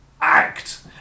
act